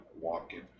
walking